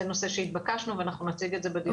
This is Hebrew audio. זה נושא שהתבקשנו ואנחנו נציג את זה בדיון הבא.